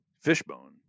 Fishbone